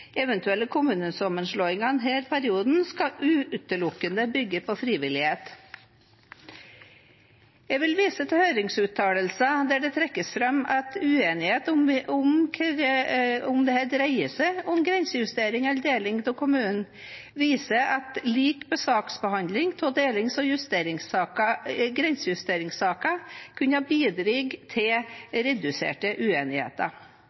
Eventuelle kommunesammenslåinger i perioden 2017–2021 skal utelukkende bygge på frivillighet.» Jeg vil vise til høringsuttalelser der det trekkes fram at når det gjelder uenighet om hvorvidt dette dreier seg om grensejustering eller deling av kommunen, kunne lik saksbehandling av delings- og grensejusteringssaker ha bidratt til reduserte uenigheter.